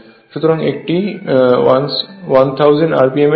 সুতরাং এটি 1000 rpm এর হয়